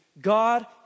God